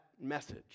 message